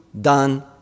done